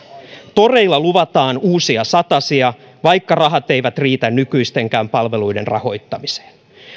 toreilla luvataan uusia satasia vaikka rahat eivät riitä nykyistenkään palveluiden rahoittamiseen